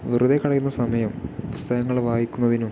വെറുതെ കളയുന്ന സമയം പുസ്തകങ്ങള് വായിക്കുന്നതിനും